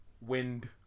wind